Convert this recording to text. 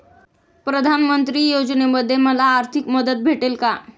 प्रधानमंत्री योजनेमध्ये मला आर्थिक मदत भेटेल का?